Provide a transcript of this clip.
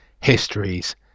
histories